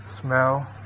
smell